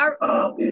our-